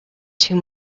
too